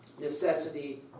necessity